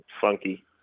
funky